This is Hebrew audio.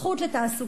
זכות לתעסוקה,